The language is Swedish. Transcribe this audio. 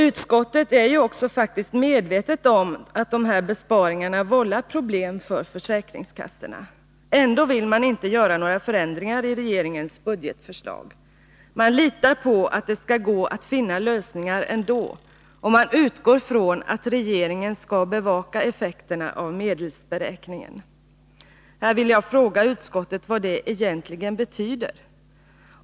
Utskottet är också medvetet om att dessa besparingar vållar problem för försäkringskassorna, men man vill inte göra några förändringar i regeringens budgetförslag. Man litar på att det skall gå att finna lösningar ändå och utgår från att regeringen skall bevaka effekterna av medelsberäkningen. Här vill jag fråga utskottet vad det egentligen betyder.